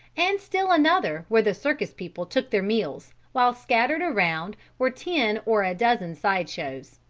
and still another where the circus people took their meals, while scattered around were ten or a dozen side-shows.